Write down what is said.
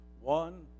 one